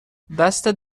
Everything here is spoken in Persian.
دستت